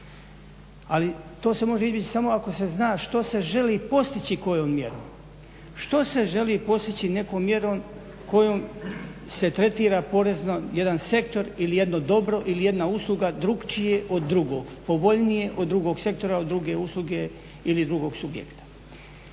ali to se može izbjeći samo ako se zna što se želi postići kojom mjerom. Što se želi postići nekom mjerom kojom se tretira porezno jedan sektor ili jedno dobro ili jedna usluga drukčije od drugog, povoljnije od drugog sektora od druge usluge ili drugog subjekta.